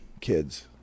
kids